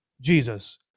Jesus